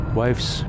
wife's